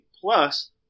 plus